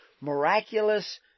miraculous